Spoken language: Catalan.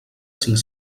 cinc